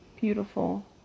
beautiful